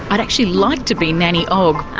i'd actually like to be nanny ogg.